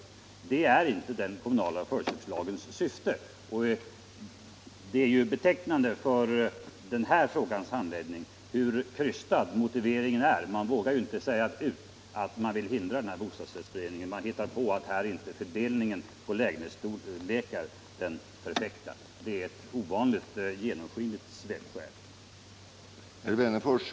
Det är inte den kommunala förköpslagens syfte. Det är betecknande för den här frågans handläggning hur krystad motiveringen är. Man vågar inte säga ut att man vill hindra bostadsrättsföreningen, utan hittar på att här är inte fördelningen på lägenhetsstorlekar den perfekta. Det är ett ovanligt genomskinligt svepskäl.